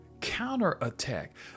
counterattack